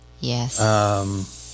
Yes